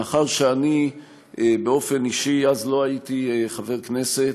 מאחר שאני באופן אישי לא הייתי אז חבר כנסת,